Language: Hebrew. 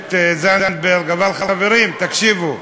הכנסת זנדברג, אבל, חברים, תקשיבו,